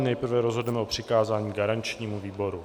Nejprve rozhodneme o přikázání garančnímu výboru.